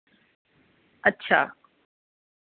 अच्छा